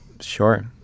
Sure